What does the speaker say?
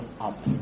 up